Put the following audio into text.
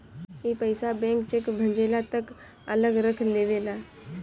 ई पइसा bank cheque भजले तक अलग रख लेवेला